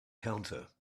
counter